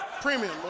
premium